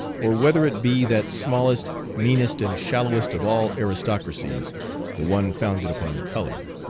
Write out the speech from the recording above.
or whether it be that smallest, meanest, and shallowest of all aristocracies the one founded upon color.